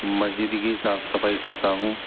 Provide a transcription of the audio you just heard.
مسجد کی صاف صفائی کرتا ہوں